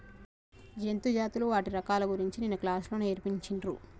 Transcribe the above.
జంతు జాతులు వాటి రకాల గురించి నిన్న క్లాస్ లో నేర్పిచిన్రు